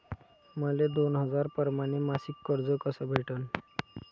मले दोन हजार परमाने मासिक कर्ज कस भेटन?